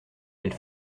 elle